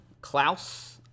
klaus